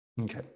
okay